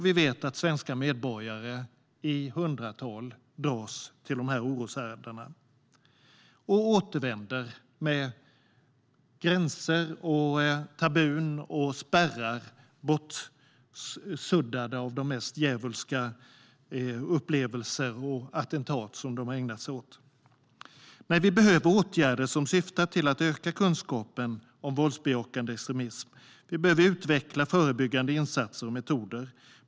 Vi vet att svenska medborgare i hundratal dras till dessa oroshärdar och återvänder med värderingar, spärrar och tabun bortsuddade av de mest djävulska upplevelser och attentat som de har ägnat sig åt. Vi behöver åtgärder som syftar till att öka kunskapen om våldsbejakande extremism. Vi behöver utveckla förebyggande insatser och metoder.